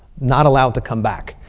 not allowed to come back.